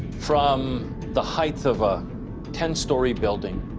from the height of ah ten-story building,